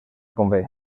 convé